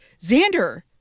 Xander